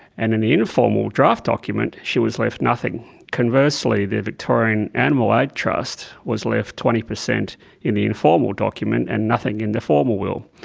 and in the informal draft document she was left nothing. conversely, the victorian animal aid trust was left twenty percent in the informal document and nothing in the formal will.